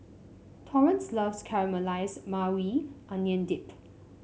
Torrence loves Caramelize Maui Onion Dip